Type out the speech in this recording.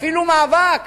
אפילו מאבק